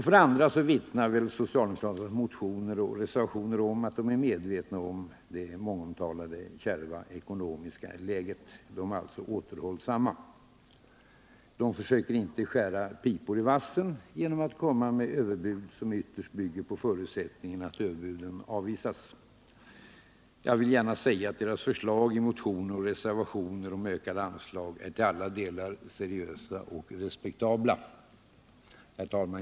För det andra vittnar socialdemokraternas motioner och reservationer om att de är medvetna om det mångomtalade kärva ekonomiska läget. De är alltså återhållsamma. De försöker inte skära pipor i vassen genom att komma med överbud som ytterst bygger på förutsättningen att dessa överbud skall avvisas. Deras förslag i motioner och reservationer om ökade anslag är till alla delar seriösa och respektabla.